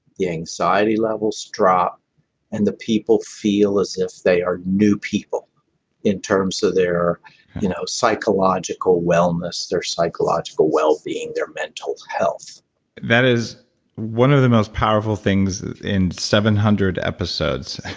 the anxiety levels drop and the people feel as if they are new people in terms of their you know psychological wellness their psychological wellbeing, their mental health that is one of the most powerful things in seven hundred episodes